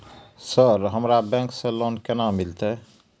Sir हमरा bank से loan केना मिलते?